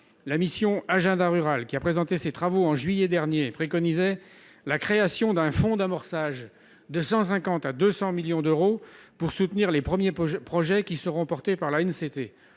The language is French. la mission agenda rural qui a présenté ses travaux en juillet dernier, préconisait la création d'un fonds d'amorçage de 150 à 200 millions d'euros pour soutenir les premiers projets, projets qui seront portées par la une,